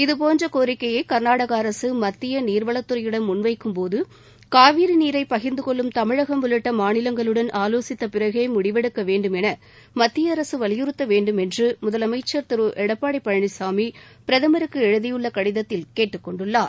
இதபோன்ற கோரிக்கையை கர்நாடக அரசு மத்திய நீர்வளத்துறையிடம் முன்வைக்கும்போது காவிரி நீரை பகிர்ந்துகொள்ளும் தமிழகம் உள்ளிட்ட மாநிலங்களுடன் ஆலோசித்த பிறகே முடிவெடுக்க வேண்டும் என மத்திய அரசு வலியுறுத்த வேண்டும் என்று முதலமைச்சர் திரு எடப்பாடி பழனிசாமி பிரதமருக்கு எழுதியுள்ள கடிதத்தில் கேட்டுக்கொண்டுள்ளார்